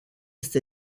ist